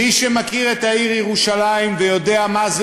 מי שמכיר את העיר ירושלים ויודע מה זה